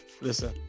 listen